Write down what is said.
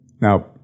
Now